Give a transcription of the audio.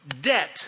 debt